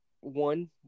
one